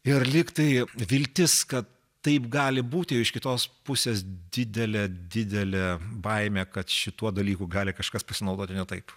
ir lyg tai viltis kad taip gali būti o iš kitos pusės didelė didelė baimė kad šituo dalyku gali kažkas pasinaudoti ne taip